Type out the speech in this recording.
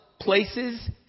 places